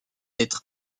être